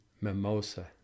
Mimosa